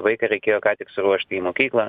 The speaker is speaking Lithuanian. vaiką reikėjo ką tik suruošti į mokyklą